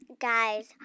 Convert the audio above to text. guys